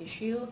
issue